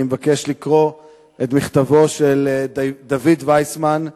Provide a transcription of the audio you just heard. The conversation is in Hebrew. אני מבקש לקרוא את מכתבו של דוד ויסמן,